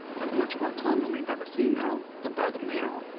and much more commonly by the female than by the male.